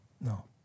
No